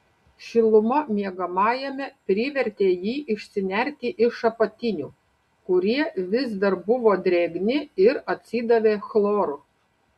šiluma miegamajame privertė jį išsinerti iš apatinių kurie vis dar buvo drėgni ir atsidavė chloru